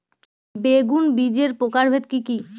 বেগুন বীজের প্রকারভেদ কি কী?